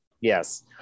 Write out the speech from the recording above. Yes